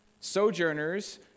Sojourners